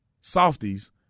softies